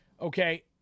Okay